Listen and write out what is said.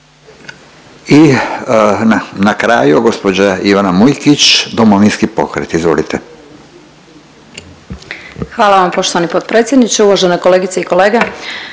I na kraju gospođa Ivana Mujkić, Domovinski pokret. Izvolite. **Mujkić, Ivana (DP)** Hvala vam poštovani potpredsjedniče. Uvažene kolegice i kolege,